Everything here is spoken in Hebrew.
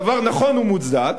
דבר נכון ומוצדק.